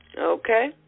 Okay